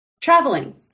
traveling